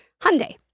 Hyundai